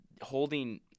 holding